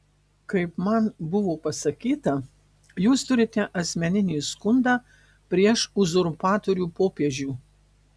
kaip man buvo pasakyta jūs turite asmeninį skundą prieš uzurpatorių popiežių